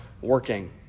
working